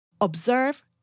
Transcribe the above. observe